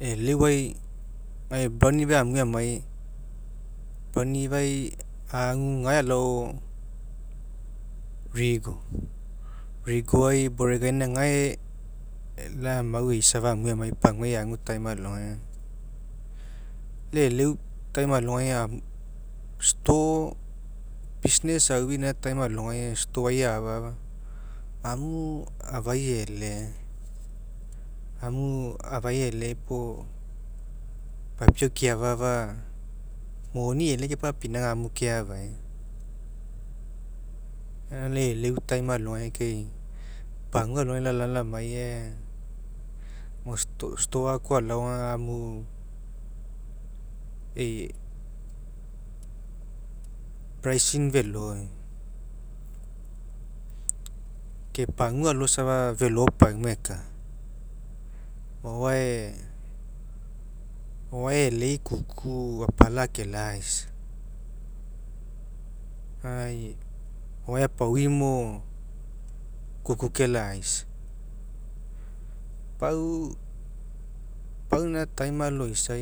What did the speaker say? E'elauai gae brown river'ai aniui amai brown river'ai agu gae alao rigo, rogoai boregainai gae lau amau eisafa amue aniai paguai agu time alogai lau e'ele time alogai agi stone business aui gaina time alogai stone'ai afe'afa ania afai e'ele kepapinauga amui keafai gaina gae lau e'eleu tome alogai kai pagua aloga lala lomai aga mo store koa alao aga ania ei pricing feloi ke pagua alo safa felopauma eka o'oae o'oae e'elei kuku apale akelaisa gae o'oae aloisa